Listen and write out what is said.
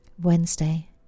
Wednesday